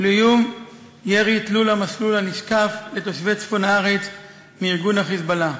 ולאיום הירי תלול-המסלול הנשקף לתושבי צפון הארץ מארגון ה"חיזבאללה".